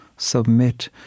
Submit